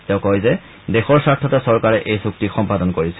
তেওঁ কয় যে দেশৰ স্বাৰ্থতে চৰকাৰে এই চুক্তি সম্পদান কৰিছে